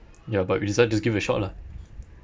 ya but we decided to just give it a shot lah